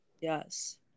yes